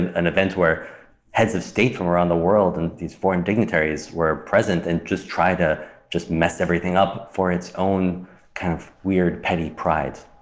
and an event where heads of state from around the world and these foreign dignitaries were present and just try to just mess everything up for its own kind of weird petty pride.